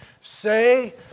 say